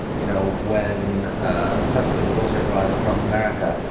you know, when tesla would auto-drive across america,